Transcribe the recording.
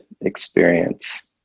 experience